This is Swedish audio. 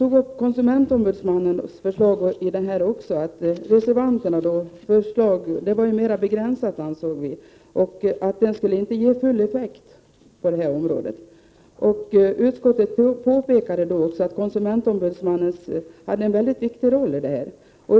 När det gäller konsumentombudsmannen anser vi att reservanternas förslag är mera begränsat. Det skulle inte ge full effekt. Utskottet påpekar att konsumentombudsmannen har en väldigt viktig roll i detta avseende.